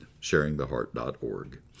sharingtheheart.org